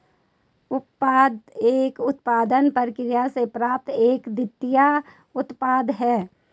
उपोत्पाद एक उत्पादन प्रक्रिया से प्राप्त एक द्वितीयक उत्पाद है